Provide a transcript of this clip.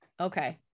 Okay